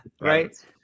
right